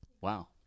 Wow